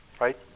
right